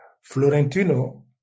Florentino